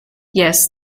yes